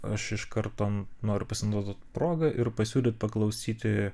aš iš karto noriu pasinaudot proga ir pasiūlyt paklausyti